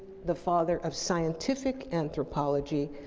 the father of scientific anthropology,